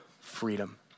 freedom